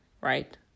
right